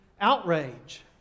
outrage